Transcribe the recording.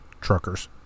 truckers